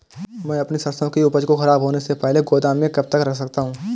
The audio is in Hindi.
मैं अपनी सरसों की उपज को खराब होने से पहले गोदाम में कब तक रख सकता हूँ?